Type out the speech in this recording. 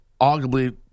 arguably